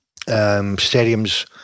Stadiums